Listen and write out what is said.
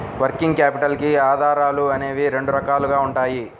working capital కి ఆధారాలు అనేవి రెండు రకాలుగా ఉంటాయి